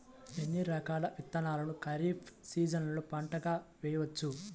ఎన్ని రకాల విత్తనాలను ఖరీఫ్ సీజన్లో పంటగా వేయచ్చు?